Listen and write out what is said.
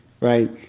right